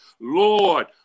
Lord